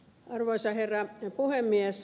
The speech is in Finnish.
arvoisa herra puhemies